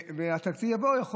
והתקציב יעבור.